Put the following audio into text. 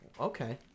Okay